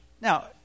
Now